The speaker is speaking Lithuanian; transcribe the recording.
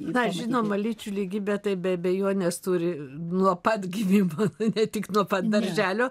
na žinoma lyčių lygybė tai be abejonės turi nuo pat gimimo ne tik nuo pat darželio